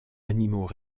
animaux